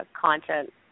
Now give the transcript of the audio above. content